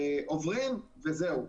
עוברים וזהו.